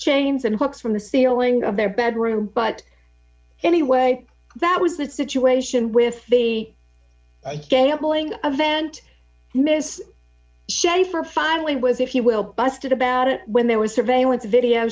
chains and hooks from the ceiling of their bedroom but anyway that was the situation with the gambling event and miss schaefer finally was if you will busted about it when there was surveillance video